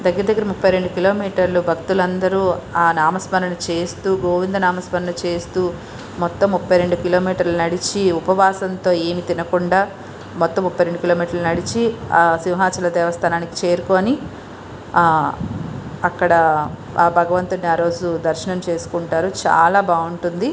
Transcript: దగ్గర దగ్గర ముప్పై రెండు కిలోమీటర్లు భక్తులు అందరూ ఆ నామస్మరణ చేస్తూ గోవిందా నామస్మరణ చేస్తూ మొత్తం ముప్పై రెండు కిలోమీటర్లు నడిచి ఉపవాసంతో ఏమి తినకుండా మొత్తం ముఫై రెండు కిలోమీటర్లు నడిచి ఆ సింహాచల దేవస్థానానికి చేరుకొని అక్కడ భగవంతుడిని ఆ రోజు దర్శనం చేసుకుంటారు చాలా బాగుంటుంది